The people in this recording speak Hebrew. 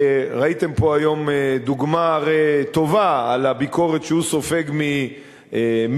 הרי ראיתם פה היום דוגמה טובה לביקורת שהוא סופג ממפלגתו,